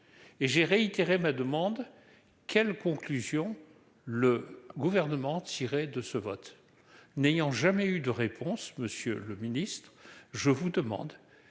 et j'ai réitéré ma demande quelles conclusions le gouvernement tirer de ce vote n'ayant jamais eu de réponse Monsieur le Ministre, je vous demande